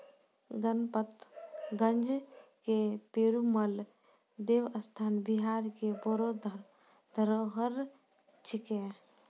गणपतगंज के पेरूमल देवस्थान बिहार के बड़ो धरोहर छिकै